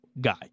guy